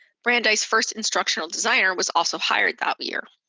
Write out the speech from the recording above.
brandeis' first instructional designer was also hired that year.